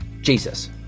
Jesus